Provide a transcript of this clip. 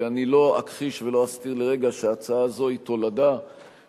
ואני לא אכחיש ולא אסתיר לרגע שההצעה הזאת היא תולדה של